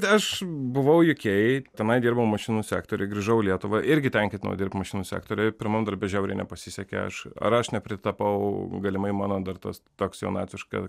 aš buvau jukėjui tenai dirbau mašinų sektoriuj grįžau į lietuvą irgi ten ketinau dirbti mašinų sektoriuj pirmam darbe žiauriai nepasisekė aš ar aš nepritapau galimai mano dar tas toks jaunatviška